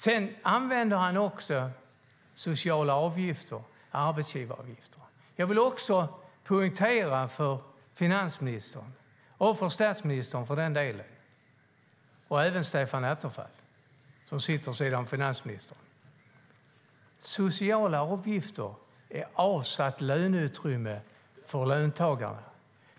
Sedan använder han också sociala avgifter och arbetsgivaravgifter. Jag vill poängtera för finansministern - och för statsministern för den delen och även för Stefan Attefall, som sitter vid finansministerns sida - att sociala avgifter är avsatt löneutrymme för löntagare.